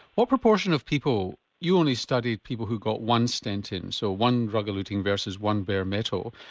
what proportion of people you only studied people who got one stent in, so one drug-eluting versus one bare-metal,